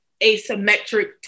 asymmetric